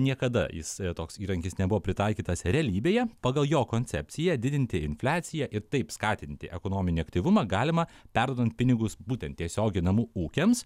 niekada jis toks įrankis nebuvo pritaikytas realybėje pagal jo koncepciją didinti infliaciją ir taip skatinti ekonominį aktyvumą galima perduodant pinigus būtent tiesiogiai namų ūkiams